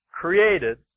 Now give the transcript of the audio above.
created